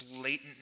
blatant